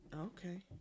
okay